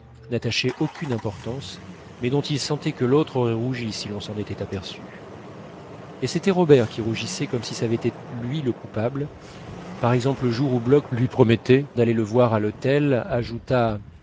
n'attachait aucune importance mais dont il sentait que l'autre aurait rougi si l'on s'en était aperçu et c'était robert qui rougissait comme si ç'avait été lui le coupable par exemple le jour où bloch lui promettait d'aller le voir à l'hôtel ajouta